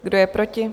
Kdo je proti?